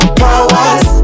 powers